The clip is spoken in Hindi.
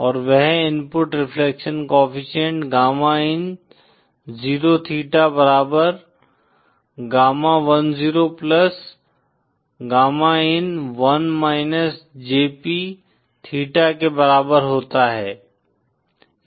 और वह input reflection coefficient gamma in 0 theta बराबर गामा10 गामा इन 1 jp थीटा के बराबर होता है